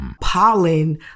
pollen